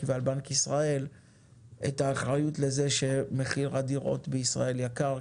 ועל בנק ישראל את האחריות לזה שמחיר הדירות בישראל יקר,